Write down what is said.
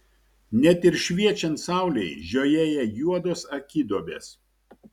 net ir šviečiant saulei žiojėja juodos akiduobės